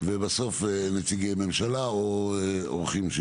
ובסוף נציגי ממשלה או אורחים.